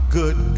good